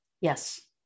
Yes